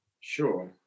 Sure